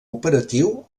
operatiu